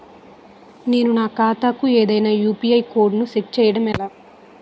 నేను నా ఖాతా కు ఏదైనా యు.పి.ఐ కోడ్ ను సెట్ చేయడం ఎలా?